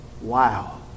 wow